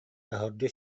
таһырдьа